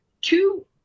two